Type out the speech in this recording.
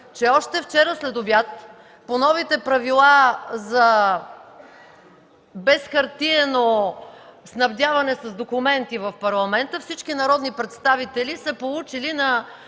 че още вчера следобед по новите правила за безхартиено снабдяване с документи в Парламента всички народни представители са получили на